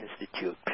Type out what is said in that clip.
Institute